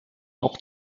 auch